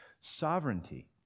sovereignty